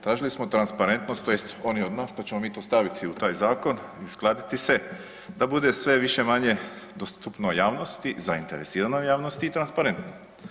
Tražili smo transparentnost, tj. oni od nas pa ćemo mi to staviti u taj zakon i uskladiti se da bude sve više-manje dostupno javnosti, zainteresiranoj javnosti i transparentno.